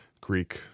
Greek